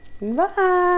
bye